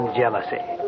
jealousy